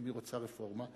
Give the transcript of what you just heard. אם היא רוצה רפורמה,